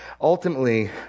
Ultimately